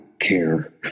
care